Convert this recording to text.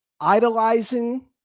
idolizing—